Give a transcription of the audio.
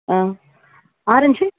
ஆ orange